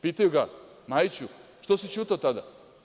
Pitaju ga, Majiću, što si ćutao tada?